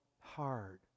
hard